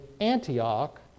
Antioch